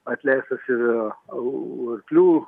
atleistas ir arklių